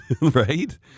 right